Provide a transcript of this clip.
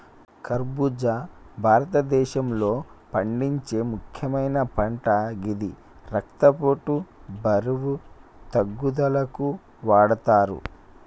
ఖర్బుజా భారతదేశంలో పండించే ముక్యమైన పంట గిది రక్తపోటు, బరువు తగ్గుదలకు వాడతరు